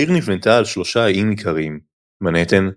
העיר נבנתה על שלושה איים עיקריים – מנהטן,